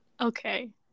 Okay